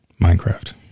Minecraft